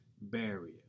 barrier